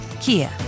Kia